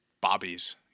bobbies